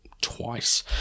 twice